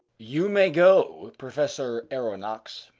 you may go, professor aronnax,